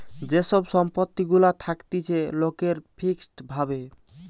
যে সব সম্পত্তি গুলা থাকতিছে লোকের ফিক্সড ভাবে